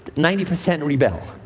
ninety percent rebel.